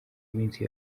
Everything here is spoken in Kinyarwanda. minsi